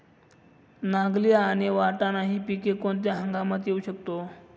नागली आणि वाटाणा हि पिके कोणत्या हंगामात घेऊ शकतो?